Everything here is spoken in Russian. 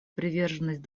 приверженность